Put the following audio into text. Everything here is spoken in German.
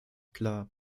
klar